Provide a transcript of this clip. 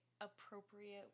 appropriate